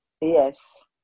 yes